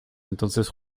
entonces